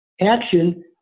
action